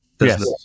Yes